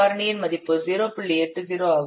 80 ஆகும்